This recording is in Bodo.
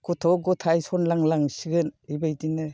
गथ' गथाय सनलां लांसिगोन बेबायदिनो